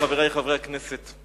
חברי חברי הכנסת,